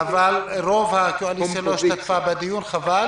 רוב הקואליציה לא השתתפה בדיון וחבל